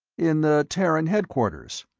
in the terran headquarters.